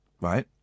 right